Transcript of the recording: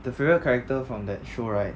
the favourite character from the show right